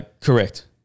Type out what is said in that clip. Correct